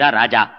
raja